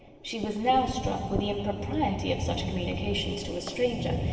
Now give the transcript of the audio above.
she was now struck with the impropriety of such communications to a stranger,